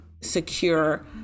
secure